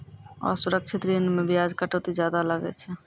असुरक्षित ऋण मे बियाज कटौती जादा लागै छै